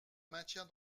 maintien